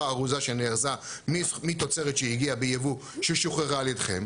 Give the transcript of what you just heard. ארוזה שנארזה מתוצרת שהגיעה בייבוא ששוחררה על ידכם.